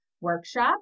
workshop